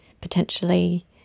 potentially